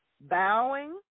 bowing